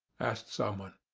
asked someone.